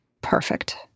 perfect